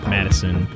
Madison